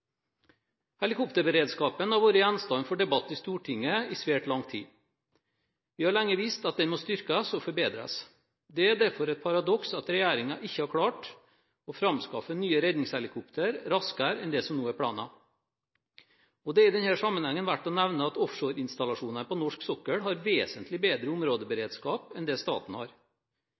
Helikopterberedskapen har vært gjenstand for debatt i Stortinget i svært lang tid. Vi har lenge visst at den må styrkes og forbedres. Det er derfor et paradoks at regjeringen ikke har klart å fremskaffe nye redningshelikoptre raskere enn det som nå er planen. Det er i denne sammenheng verdt å nevne at offshoreinstallasjonene på norsk sokkel har vesentlig bedre områdeberedskap enn det staten har.